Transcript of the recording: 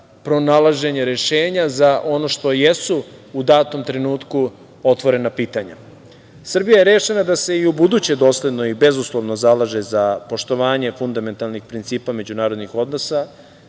pronalaženje rešenja, za ono što jesu u datom trenutku otvorena pitanja. Srbija je rešena da se i ubuduće dosledno i bezuslovno zalaže za poštovanje fundamentalnih principa međunarodnih odnosa,